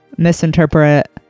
misinterpret